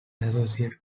associate